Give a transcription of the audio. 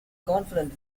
confident